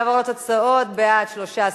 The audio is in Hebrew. ונעבור לתוצאות: בעד 13,